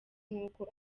nk’uko